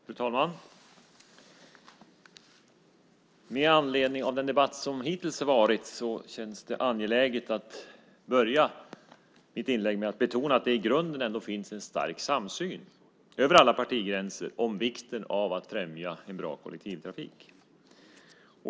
Fru talman! Med anledning av den debatt som hittills varit känns det angeläget att börja mitt inlägg med att betona att det i grunden ändå finns en stark samsyn över alla partigränser om vikten av att främja en bra kollektivtrafik.